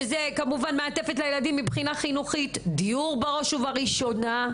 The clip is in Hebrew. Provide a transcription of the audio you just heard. חינוך, דיור בראש ובראשונה.